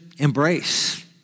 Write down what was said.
Embrace